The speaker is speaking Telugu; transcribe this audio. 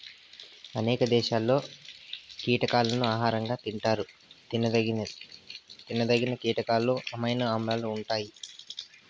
అనేక దేశాలలో కీటకాలను ఆహారంగా తింటారు తినదగిన కీటకాలలో అమైనో ఆమ్లాలు ఉంటాయి